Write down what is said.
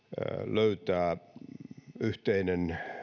löytää yhteiset